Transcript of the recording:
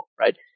right